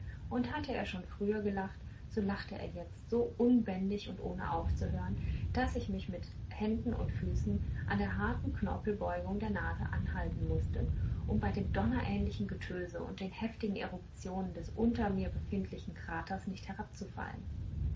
und hatte er schon früher gelacht so lachte er jetzt so unbändig und ohne aufzuhören daß ich mich mit länden und füßen an der harten knorpelbeugung der nase anhalten mußte um bei dem donnerähnlichen getöse und den heftigen eruptionen des unter mir befindlichen kraters nicht herabzufallen